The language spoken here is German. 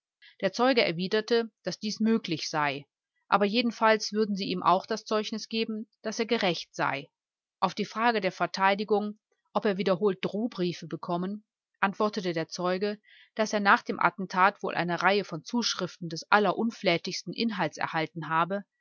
der zeuge erwiderte daß dies möglich sei aber jedenfalls würden sie ihm auch das zeugnis geben daß er gerecht sei auf die frage der verteidigung ob er wiederholt drohbriefe bekommen antwortete der zeuge daß er nach dem attentat wohl eine reihe von zuschriften des allerunflätigsten inhalts erhalten habe